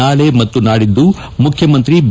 ನಾಳೆ ಮತ್ತು ನಾಡಿದ್ದು ಮುಖ್ಯಮಂತ್ರಿ ಬಿ